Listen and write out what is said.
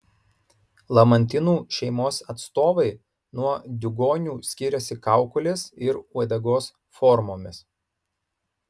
lamantinų šeimos atstovai nuo diugonių skiriasi kaukolės ir uodegos formomis